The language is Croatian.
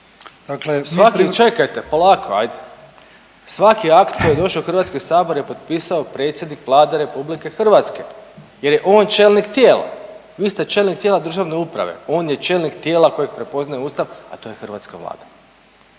Dakle…/… …svaki, čekajte, polako ajde, svaki akt koji je došao u HS je potpisao predsjednik Vlade RH jer je on čelnik tijela, vi ste čelnik tijela državne uprave, on je čelnik tijela kojeg prepoznaje ustav, a to je hrvatska Vlada.